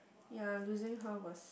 ya losing her was